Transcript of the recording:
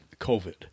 COVID